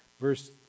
Verse